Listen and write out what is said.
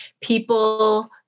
people